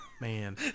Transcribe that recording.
Man